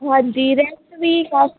ਹਾਂਜੀ ਰੈਂਟ ਵੀ ਬਸ